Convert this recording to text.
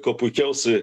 kuo puikiausiai